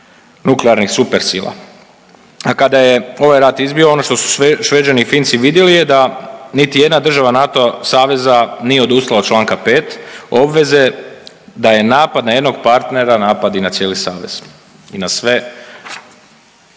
nuklearnih supersila, a kada je ovaj rat izbio, ono što su Šveđani i Finci vidjeli je da niti jedna država NATO saveza nije odustala od čl. 5 obveze da je napad na jednog partnera, napad i na cijeli savez i na sve